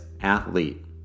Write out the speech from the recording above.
athlete